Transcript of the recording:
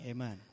Amen